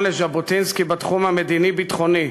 לז'בוטינסקי בתחום המדיני-ביטחוני,